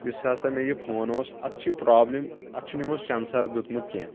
یُس ہسا مےٚ یہِ فون اوس اتھ چھِ پرابلِم اتھ چھُنہٕ یِمو سیٚنسر دیٚتمُت کینٛہہ